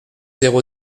zéro